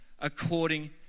according